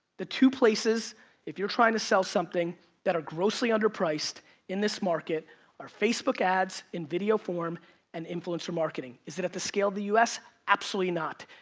the two places if you're trying to sell something that are grossly under priced in this market are facebook ads in video form and influencer marketing. is it at the scale of the u s, absolutely not,